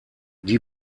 die